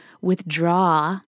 withdraw